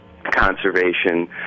conservation